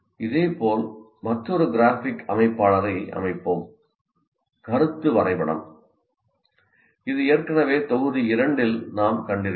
இதேபோல் மற்றொரு கிராஃபிக் அமைப்பாளரை அமைப்போம் கருத்து வரைபடம் இது ஏற்கனவே தொகுதி 2 இல் நாம் கண்டிருக்கிறோம்